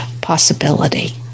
possibility